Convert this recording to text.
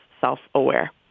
self-aware